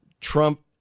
Trump